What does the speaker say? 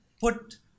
put